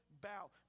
bow